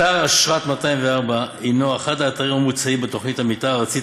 אתר אשרת 204 הנו אחד האתרים המוצעים בתוכנית המתאר הארצית